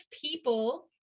people